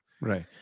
Right